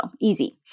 Easy